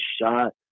shot